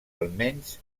almenys